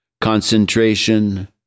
concentration